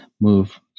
move